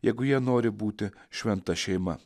jeigu jie nori būti šventa šeima